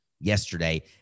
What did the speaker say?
Yesterday